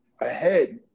ahead